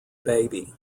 baby